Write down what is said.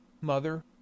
mother